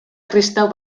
kristau